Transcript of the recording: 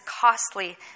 costly